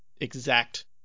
exact